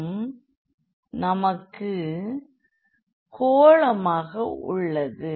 மற்றும் நமக்கு உருண்டை உள்ளது